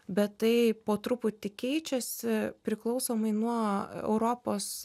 bet tai po truputį keičiasi priklausomai nuo europos